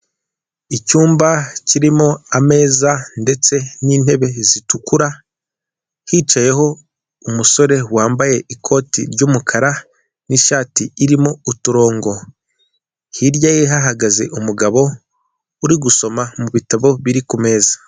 Icyumba kirimo ameza ndetse n'intebe zitukura, hicayeho umusore wambaye ikoti ry'umukara n'ishati irimo uturongo, hirya ye hahagaze umugabo uri gusoma mu bitabo biri kumeza.